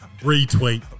retweet